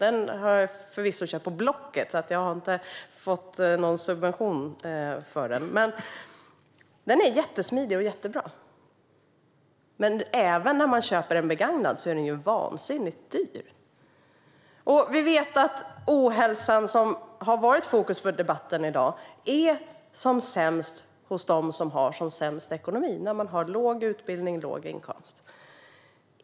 Jag har visserligen köpt den på Blocket och inte fått någon subvention för den, men den är jättesmidig och jättebra. Även när man köper en begagnad elcykel är den dock vansinnigt dyr. Vi vet att ohälsan, som har varit fokus för debatten i dag, är som sämst hos dem som har sämst ekonomi - de som har låg utbildning och låg inkomst.